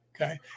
okay